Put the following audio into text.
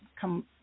come